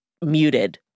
muted